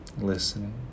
listening